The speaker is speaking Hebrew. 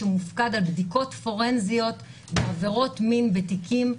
שמופקד על בדיקות פורנזיות בעבירות מין בתיקים,